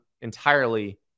entirely